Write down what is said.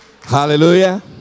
Hallelujah